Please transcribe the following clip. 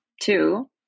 Two